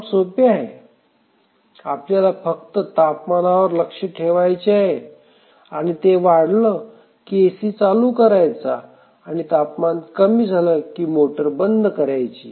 काम सोपे आहे आपल्याला फक्त तापमानावर लक्ष ठेवायचे आहे आणि ते वाढलं की एसी चालू करायचा व तापमान कमी झालं की मोटर बंद करायची